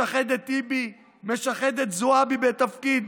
משחד את טיבי, משחד את זועבי בתפקיד,